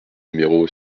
numéro